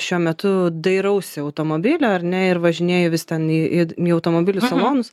šiuo metu dairausi automobilio ar ne ir važinėju vis ten į į į automobilių salonus